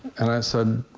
and i said,